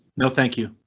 no, thank you.